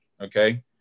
Okay